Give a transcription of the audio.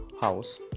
house